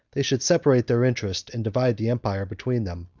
they should separate their interest, and divide the empire between them.